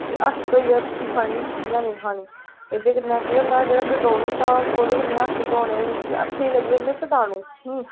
कि हत्थ धोइयै रुट्टी खानी इ'यां नेईं खानी एह्दे कन्नै केह् होंदा जेह्ड़ा डटोल होंदा ओह्दे कन्नै हत्थ धोने क्योंकि हत्थें गी लग्गे दे होंदे कटाणु हूं